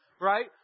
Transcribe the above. right